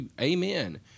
amen